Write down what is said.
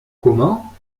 comment